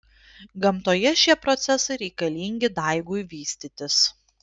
gamtoje šie procesai reikalingi daigui vystytis